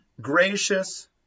gracious